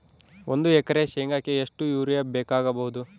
ಒಂದು ಎಕರೆ ಶೆಂಗಕ್ಕೆ ಎಷ್ಟು ಯೂರಿಯಾ ಬೇಕಾಗಬಹುದು?